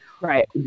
right